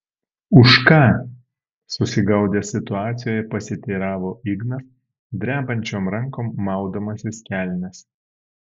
už ką susigaudęs situacijoje pasiteiravo ignas drebančiom rankom maudamasis kelnes